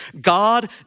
God